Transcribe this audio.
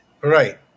Right